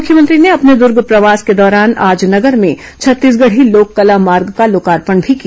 मुख्यमंत्री ने अपने दुर्ग प्रवास के दौरान आज नगर में छत्तीसगढ़ी लोककला मार्ग का लोकार्पण भी किया